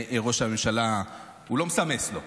ראש הממשלה, הוא לא מסמס לו,